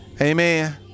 Amen